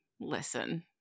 Listen